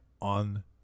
on